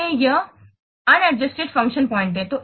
इसलिए यह असमायोजित फंक्शन पॉइंट है